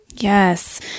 Yes